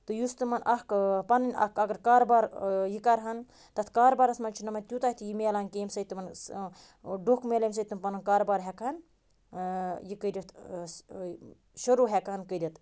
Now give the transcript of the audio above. تہٕ یُس تِمَن اَکھ پَنُن اَکھ اگر کارٕبار یہِ کَرٕہَن تَتھ کارٕبارَس منٛز چھُنہٕ یِمَن تیوٗتاہ تہِ یہِ مِلان کیٚنہہ ییٚمہِ سۭتۍ تِمَن سٔہ ڈۄکھ میٚلہِ ییٚمہِ سۭتۍ تِم پَنُن کارٕبار ہٮ۪کہٕ ہَن یہِ کٔرِتھ شُروٗع ہٮ۪کہٕ ہَن کٔرِتھ